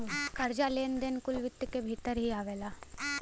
कर्जा, लेन देन कुल वित्त क भीतर ही आवला